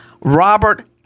Robert